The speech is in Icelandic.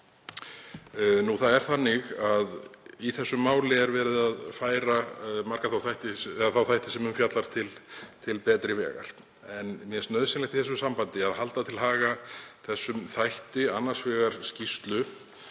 Það er þannig að í þessu máli er verið að færa þá þætti sem um fjallar til betri vegar en mér finnst nauðsynlegt í því sambandi að halda til haga þessum þætti, annars vegar skýrslu